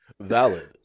Valid